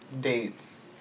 dates